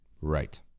right